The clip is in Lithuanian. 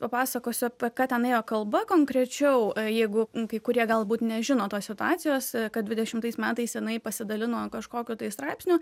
papasakosiu apie ką ten ėjo kalba konkrečiau jeigu kai kurie galbūt nežino tos situacijos kad dvidešimtais metais jinai pasidalino kažkokiu tai straipsniu